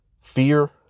Fear